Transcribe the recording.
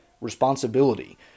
responsibility